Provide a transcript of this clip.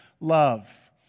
love